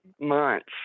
months